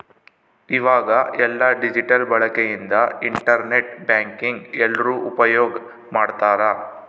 ಈವಾಗ ಎಲ್ಲ ಡಿಜಿಟಲ್ ಬಳಕೆ ಇಂದ ಇಂಟರ್ ನೆಟ್ ಬ್ಯಾಂಕಿಂಗ್ ಎಲ್ರೂ ಉಪ್ಯೋಗ್ ಮಾಡ್ತಾರ